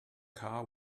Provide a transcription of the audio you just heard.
car